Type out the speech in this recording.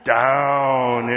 down